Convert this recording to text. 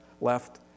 left